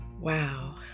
Wow